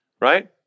right